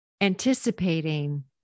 anticipating